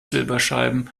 silberscheiben